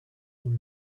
cul